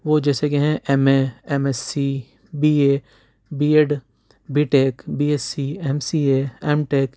وہ جیسے کہ ہیں M A M S C B A B Ed B Tech B S C M C A M take